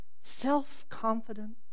self-confident